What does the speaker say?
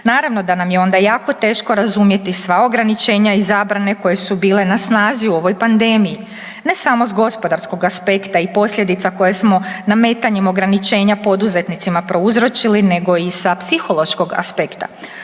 Naravno da nam je onda jako teško razumjeti sva ograničenja i zabrane koje su bile na snazi u ovoj pandemiji ne samo s gospodarskog aspekta i posljedica koje smo nametanjem ograničenja poduzetnicima prouzročili nego i sa psihološkog aspekta.